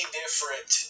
different